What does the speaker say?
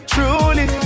Truly